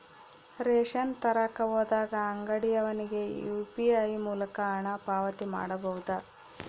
Ration ತರಕ ಹೋದಾಗ ಅಂಗಡಿಯವನಿಗೆ ಯು.ಪಿ.ಐ ಮೂಲಕ ಹಣ ಪಾವತಿ ಮಾಡಬಹುದಾ?